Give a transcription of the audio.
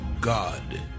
God